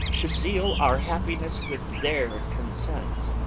to seal our happiness with their consents!